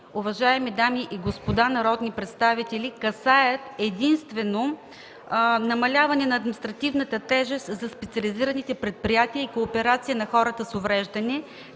Уважаеми дами и господа народни представители, тези промени касаят единствено намаляването на административната тежест за специализираните предприятия и кооперации на хората с увреждания,